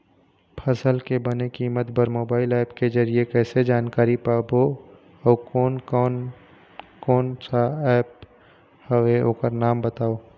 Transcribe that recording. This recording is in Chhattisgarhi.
फसल के बने कीमत बर मोबाइल ऐप के जरिए कैसे जानकारी पाबो अउ कोन कौन कोन सा ऐप हवे ओकर नाम बताव?